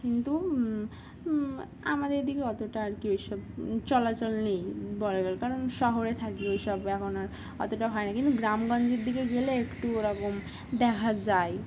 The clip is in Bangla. কিন্তু আমাদের দিকে অতটা আর কি ওই সব চলাচল নেই বলা গেল কারণ শহরে থাকি ওই সব এখন আর অতটা হয় না কিন্তু গ্রামগঞ্জের দিকে গেলে একটু ওরকম দেখা যায়